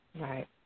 Right